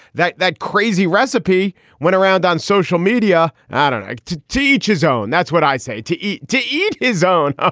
that that crazy recipe went around on social media. i don't like to teach his own. that's what i say. to eat to eat his own. ah